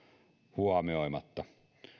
huomioimatta